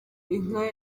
inka